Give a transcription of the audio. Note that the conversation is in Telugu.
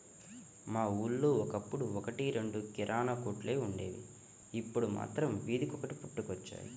మా ఊళ్ళో ఒకప్పుడు ఒక్కటి రెండు కిరాణా కొట్లే వుండేవి, ఇప్పుడు మాత్రం వీధికొకటి పుట్టుకొచ్చాయి